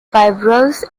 fibrous